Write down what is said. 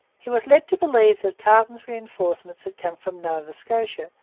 he was led to believe that carleton's reinforcements had come from nova scotia,